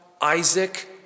Isaac